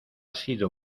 sido